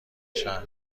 شهر